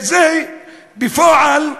זה בפועל,